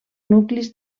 nuclis